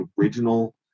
original